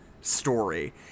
story